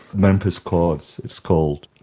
memphis chords it's called.